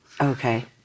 Okay